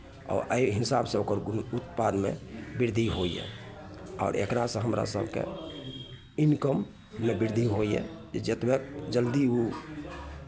आओर अइ हिसाबसँ ओकर ग्रोथ उत्पादमे वृद्धि होइए आओर एकरासँ हमरा सभके इनकममे वृद्धि होइए तऽ जेतबय जल्दी ओ